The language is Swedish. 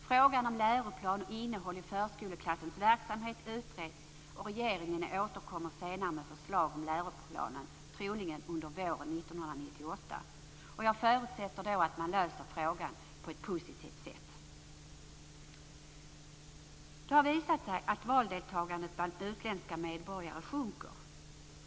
Frågan om läroplan och innehåll i förskoleklassernas verksamhet utreds, och regeringen återkommer senare, troligen under våren 1998, med förslag om läroplan. Jag förutsätter att man då löser detta på ett positivt sätt. Det har visat sig att valdeltagandet bland utländska medborgare sjunker.